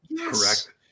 correct